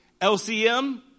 LCM